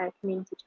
community